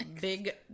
big